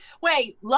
wait